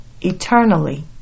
eternally